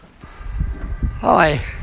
Hi